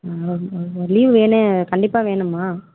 leave கண்டிப்பாக வேணுமா